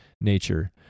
nature